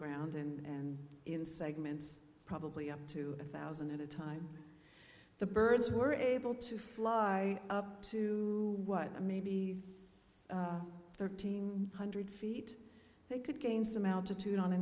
ground and in segments probably up to a thousand at a time the birds were able to fly up to what maybe thirteen hundred feet they could gain some altitude on a